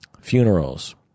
funerals